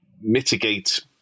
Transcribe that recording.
mitigate